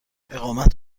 اقامت